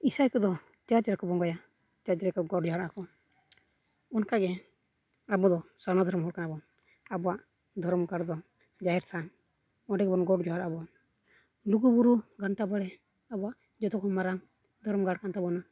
ᱤᱥᱟᱹᱭ ᱠᱚᱫᱚ ᱪᱟᱨᱪ ᱨᱮᱠᱚ ᱵᱚᱸᱜᱟᱭᱟ ᱪᱟᱨᱪ ᱨᱮᱠᱚ ᱜᱚᱰ ᱡᱚᱦᱟᱨᱚᱜ ᱟᱠᱚ ᱚᱱᱠᱟᱜᱮ ᱟᱵᱚ ᱥᱟᱨᱱᱟ ᱫᱷᱚᱨᱚᱢ ᱦᱚᱲ ᱠᱟᱱᱟ ᱵᱚᱱ ᱟᱵᱚᱣᱟᱜ ᱫᱷᱚᱨᱚᱢ ᱜᱟᱲ ᱫᱚ ᱡᱟᱦᱮᱨ ᱛᱷᱟᱱ ᱚᱸᱰᱮ ᱜᱮᱵᱚᱱ ᱜᱚᱰ ᱡᱚᱦᱟᱨᱟᱜᱼᱟ ᱵᱚᱱ ᱞᱩᱜᱩᱼᱵᱩᱨᱩ ᱜᱷᱟᱱᱴᱟᱼᱵᱟᱲᱮ ᱟᱵᱚᱣᱟᱜ ᱡᱚᱛᱚ ᱠᱷᱚᱱ ᱢᱟᱨᱟᱝ ᱫᱷᱚᱨᱚᱢ ᱜᱟᱲ ᱠᱟᱱ ᱛᱟᱵᱚᱱᱟ